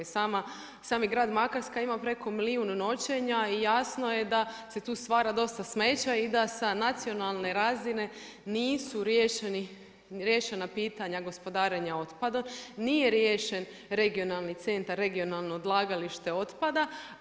Sami grad Makarska ima preko milijun noćenja i jasno je da se tu stvara dosta smeća i da sa nacionalne razine nisu riješena pitanja gospodarenja otpadom, nije riješen regionalni centar, regionalno odlagalište otpada.